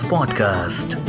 Podcast